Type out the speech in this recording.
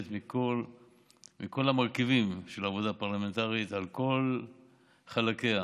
מכל המרכיבים של עבודה פרלמנטרית על כל חלקיה,